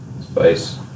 spice